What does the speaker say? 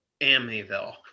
Amityville